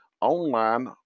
online